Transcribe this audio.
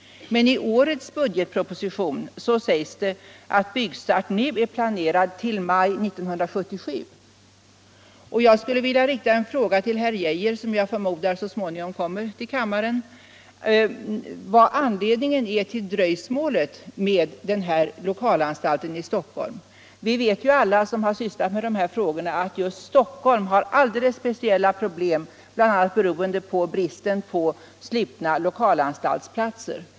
Men i årets budgetproposition sägs det att byggstart nu är planerad till maj 1977. Jag skulle vilja rikta en fråga till justitieminister Geijer, som jag förmodar så småningom kommer till kammaren, om anledningen till dröjsmålet med denna lokalanstalt i Stockholm. Alla vi som sysslat med dessa frågor vet att Stockholm har alldeles speciella problem, bl.a. beroende på bristen på platser på slutna lokalanstalter.